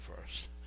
first